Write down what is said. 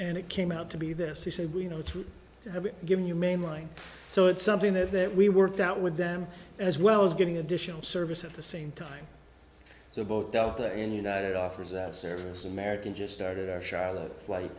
and it came out to be this he said well you know to give you mainline so it's something that we worked out with them as well as getting additional service at the same time so both delta and united offers us service american just started our charlotte flight